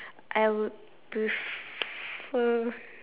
I would prefer